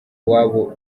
iwabo